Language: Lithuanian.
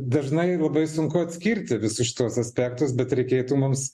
dažnai labai sunku atskirti visus šituos aspektus bet reikėtų mums